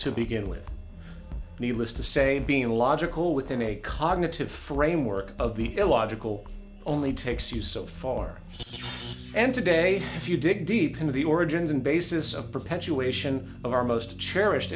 to begin with needless to say being logical within a cognitive framework of the illogical only takes you so far and today if you dig deep into the origins and basis of perpetuation of our most cherished